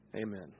Amen